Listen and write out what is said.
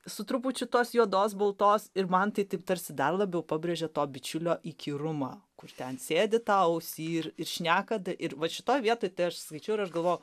su trupučiu tos juodos baltos ir man tai taip tarsi dar labiau pabrėžė to bičiulio įkyrumą kur ten sėdi tau ausy ir ir šneka ir vat šitoj vietoj aš skaičiau ir aš galvojau